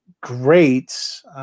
great